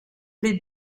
les